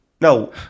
No